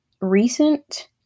recent